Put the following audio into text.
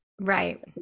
Right